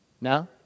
No